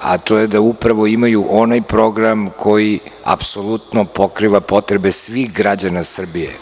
a to je da upravo imaju onaj program koji apsolutno pokriva potrebe svih građana Srbije.